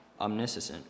omniscient